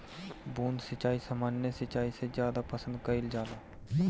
बूंद सिंचाई सामान्य सिंचाई से ज्यादा पसंद कईल जाला